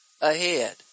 ahead